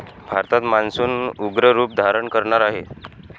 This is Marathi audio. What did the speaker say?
भारतात मान्सून उग्र रूप धारण करणार आहे